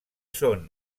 són